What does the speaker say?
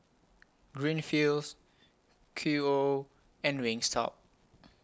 Greenfields Qoo and Wingstop